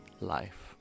Life